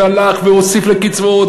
והלך והוסיף לקצבאות.